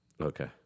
Okay